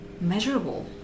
measurable